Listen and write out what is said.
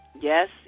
Yes